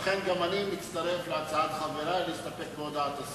לכן, גם אני מצטרף להצעת חברי להסתפק בהודעת השר.